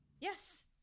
Yes